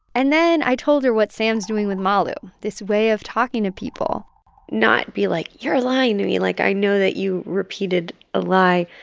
and then i told her what sam's doing with malu, this way of talking to people not be like, you're lying to me like, i know that you repeated a lie,